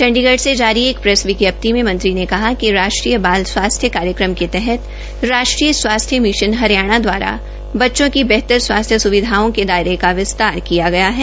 चंडीगढ़ में जारी एक प्रेस विज्ञप्ति में मंत्री ने कहा कि राष्ट्रीय बाल स्वास्थ्य कार्यक्रम के तहत राष्ट्रीय स्वास्थ्य मिश्न हरियाणा दवारा बच्चों की बेहतर स्वास्थ्य दायरे का विस्तार किया गया है